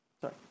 Sorry